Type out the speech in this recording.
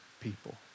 people